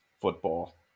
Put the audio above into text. football